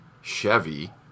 Chevy